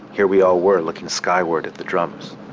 here we all were looking skyward at the dramas.